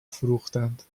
فروختند